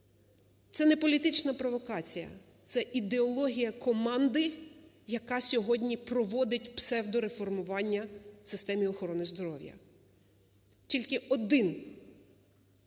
це не політична провокація, це ідеологія команди, яка сьогодні проводитьпсевдореформування в системі охорони здоров'я. Тільки один